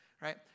Right